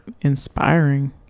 inspiring